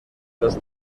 los